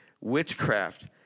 witchcraft